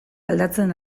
aldatzen